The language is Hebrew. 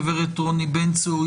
גברת רוני בנצור,